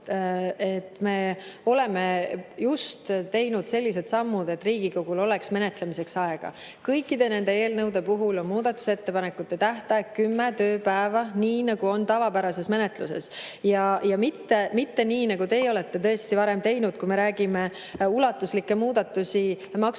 Me oleme just teinud sellised sammud, et Riigikogul oleks menetlemiseks aega. Kõikide nende eelnõude puhul on muudatusettepanekute tähtaeg kümme tööpäeva, nii nagu on tavapärases menetluses, mitte nii, nagu teie olete tõesti varem teinud. Kui me räägime ulatuslikest muudatustest